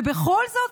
ובכל זאת,